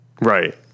Right